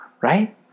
right